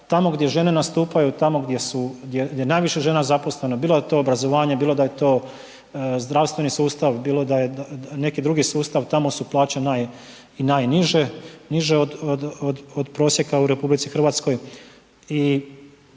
tamo gdje žene nastupaju, tamo gdje su, gdje je najviše žena zaposleno, bilo da je to obrazovanje, bilo da je to zdravstveni sustav, bilo da je neki drugi sustav, tamo su plaće i najniže, niže od prosjeka u RH i tamo